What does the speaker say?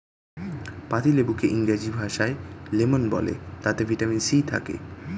পাতিলেবুকে ইংরেজি ভাষায় লেমন বলে তাতে ভিটামিন সি থাকে